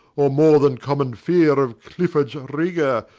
or more then common feare of cliffords rigour,